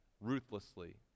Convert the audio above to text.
ruthlessly